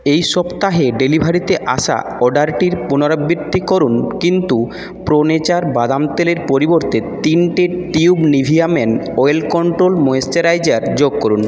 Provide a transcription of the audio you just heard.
এই সপ্তাহে ডেলিভারিতে আসা অর্ডারটির পুনরাবৃত্তি করুন কিন্তু প্রো নেচার বাদাম তেলের পরিবর্তে তিনটে tube Nivea men oil control moisturiser যোগ করুন